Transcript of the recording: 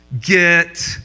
get